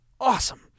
awesome